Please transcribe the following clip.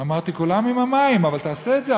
אמרתי: כולם עם המים אבל תעשה את זה,